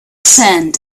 sand